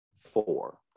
four